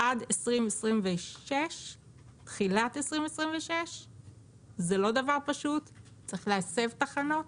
עד תחילת 2026. זה לא דבר פשוט, צריך להסב תחנות.